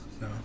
no